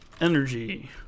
energy